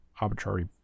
arbitrary